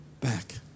back